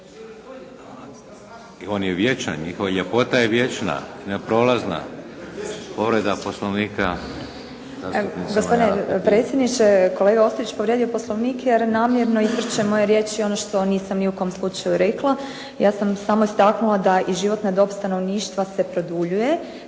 on je vječan, njihova ljepota je vječna, neprolazna. Povreda Poslovnika zastupnica Marijana Petir. **Petir, Marijana (HSS)** Gospodine potpredsjedniče, kolega Ostojić je povrijedio Poslovnik jer namjerno izvrće moje riječi ono što nisam ni u kom slučaju rekla. Ja sam samo istaknula da i životna dob stanovništva se produljuje,